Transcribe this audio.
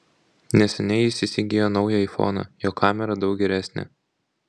neseniai jis įsigijo naują aifoną jo kamera daug geresnė